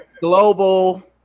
global